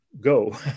go